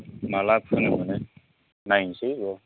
माला फोनो मोनो नायसै र'